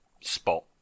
spot